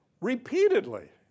repeatedly